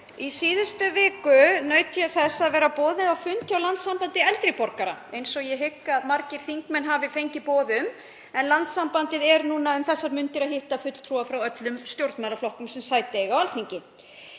Í síðustu viku naut ég þess heiðurs að vera boðið á fund hjá Landssambandi eldri borgara, eins og ég hygg að margir þingmenn hafi fengið boð um. Landssambandið hittir nú um þessar mundir fulltrúa frá öllum stjórnmálaflokkum sem sæti eiga á Alþingi.